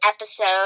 episode